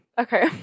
okay